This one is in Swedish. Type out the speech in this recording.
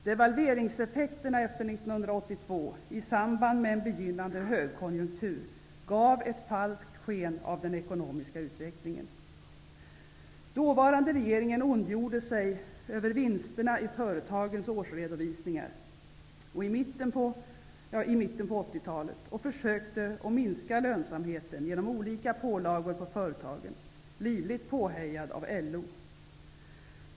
Devalveringseffekterna efter 1982 i samband med en begynnande högkonjunktur gav en falskt bild av den ekonomiska utvecklingen. Den dåvarande regeringen ondgjorde sig över vinsterna i företagens årsredovisningar i mitten av 80-talet och försökte minska lönsamheten genom olika pålagor på företagen, livligt påhejad av LO.